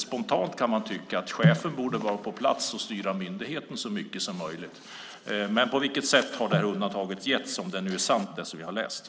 Spontant kan man tycka att chefen borde vara på plats och styra myndigheten så mycket som möjligt. På vilket sätt har undantag medgivits, om det vi har läst har varit sant?